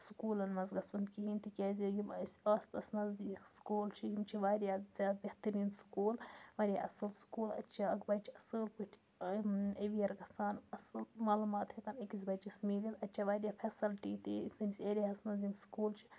سکوٗلَن منٛز گژھُن کِہیٖنۍ تِکیٛازِ یِم اَسہِ آس پاس نزدیٖک سکوٗل چھِ یِم چھِ واریاہ زیادٕ بہتریٖن سکوٗل واریاہ اَصٕل سکوٗل اَتہِ چھِ اَکھ بَچہِ اَصٕل پٲٹھۍ اٮ۪وِیَر گژھان اَصٕل معلوٗمات ہٮ۪کان أکِس بَچَس میٖلِن اَتہِ چھےٚ واریاہ فیسَلٹی تہِ ییٚتہِ زَن چھِ ایریاہَس منٛز یِم سکوٗل چھِ